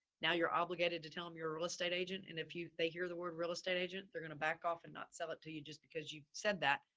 now you're obligated to tell them your real estate agent and if they hear the word real estate agent, they're going to back off and not sell it to you just because you said that,